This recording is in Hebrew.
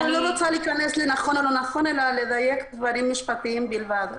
אני לא רוצה להיכנס לנכון או לא נכון אלא לדייק דברים משפטיים בלבד.